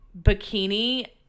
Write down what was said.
bikini